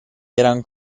eran